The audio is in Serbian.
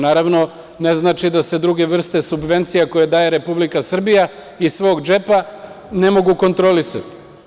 Naravno, to ne znači da se druge vrste subvencija koje daje Republika Srbija iz svog džepa ne mogu kontrolisati.